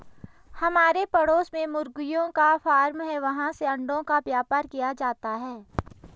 हमारे पड़ोस में मुर्गियों का फार्म है, वहाँ से अंडों का व्यापार किया जाता है